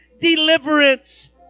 deliverance